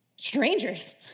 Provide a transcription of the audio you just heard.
strangers